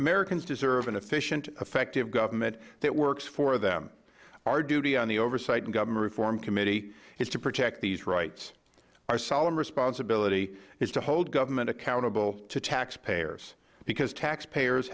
americans deserve an efficient effective government that works for them our duty on the oversight government reform committee is to protect these rights our solemn responsibility is to hold government accountable to taxpayers because taxpayers